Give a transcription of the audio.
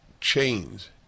chains